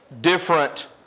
different